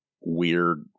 weird